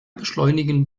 beschleunigen